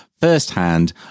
Firsthand